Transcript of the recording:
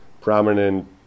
prominent